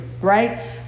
right